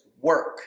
work